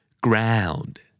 Ground